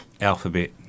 Alphabet